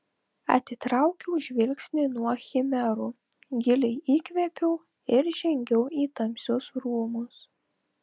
atitraukiau žvilgsnį nuo chimerų giliai įkvėpiau ir žengiau į tamsius rūmus